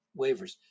waivers